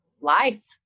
life